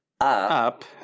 Up